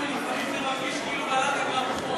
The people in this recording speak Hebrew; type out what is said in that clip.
לפעמים זה מרגיש כאילו בלעת,